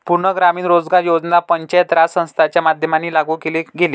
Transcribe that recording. पूर्ण ग्रामीण रोजगार योजना पंचायत राज संस्थांच्या माध्यमाने लागू केले गेले